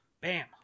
Bam